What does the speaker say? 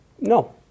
No